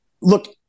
look